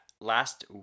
last